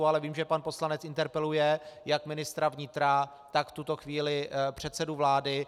Ale vím, že pan poslanec interpeluje jak ministra vnitra, tak v tuto chvíli předsedu vlády.